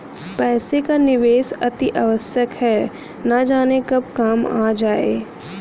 पैसे का निवेश अतिआवश्यक है, न जाने कब काम आ जाए